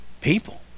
people